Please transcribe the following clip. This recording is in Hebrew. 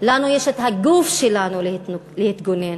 לנו יש הגוף שלנו להתגונן.